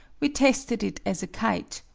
we tested it as a kite,